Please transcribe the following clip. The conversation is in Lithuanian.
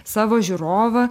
savo žiūrovą